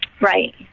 right